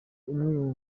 umwe